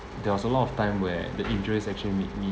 there was a lot of time where the injuries actually made me